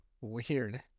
Weird